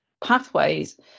pathways